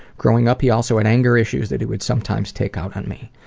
growing up, he also had anger issues that he would sometimes take out on me.